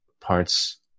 parts